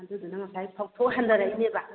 ꯑꯗꯨꯅ ꯉꯁꯥꯏ ꯐꯧꯊꯣꯛ ꯍꯟꯗꯔꯛꯏꯅꯦꯕ